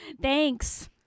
Thanks